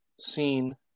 seen